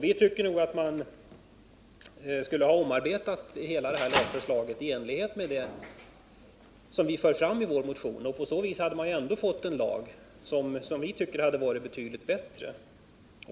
Vi tycker att man skulle ha omarbetat hela lagförslaget i enlighet med det förslag som vi fört fram i vår motion. På så vis hade man ändå fått en lag och en lag som vi tycker hade varit betydligt bättre.